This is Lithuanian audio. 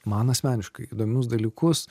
man asmeniškai įdomius dalykus